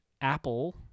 Apple